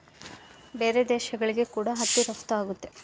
ಬೇರೆ ದೇಶಗಳಿಗೆ ಕೂಡ ಹತ್ತಿ ರಫ್ತು ಆಗುತ್ತೆ